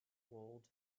world